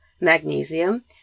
magnesium